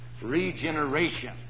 regeneration